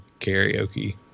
karaoke